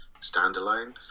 standalone